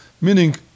meaning